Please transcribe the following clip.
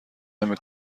نمی